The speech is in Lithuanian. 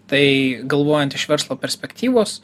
tai galvojant iš verslo perspektyvos